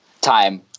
time